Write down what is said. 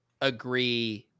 agree